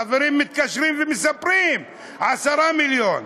חברים מתקשרים ומספרים, 10 מיליון.